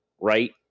right